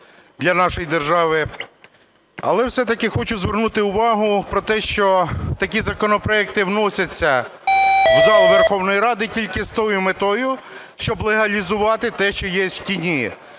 для нашої держави. Але все-таки хочу звернути увагу на те, що такі законопроекти вносяться в зал Верховної Ради тільки з тою метою, щоб легалізувати те, що є в тіні.